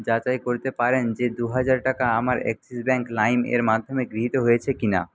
যাচাই করতে পারেন যে দুহাজার টাকা আমার অ্যাক্সিস ব্যাংক লাইমের মাধ্যমে গৃহীত হয়েছে কি না